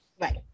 Right